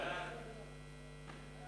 ההצעה